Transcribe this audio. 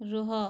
ରୁହ